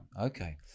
Okay